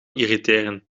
irriteren